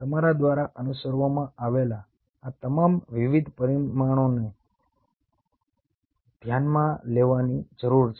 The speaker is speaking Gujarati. તમારા દ્વારા અનુસરવામાં આવેલા આ તમામ વિવિધ પરિમાણોને ધ્યાનમાં લેવાની જરૂર છે